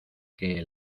que